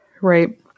Right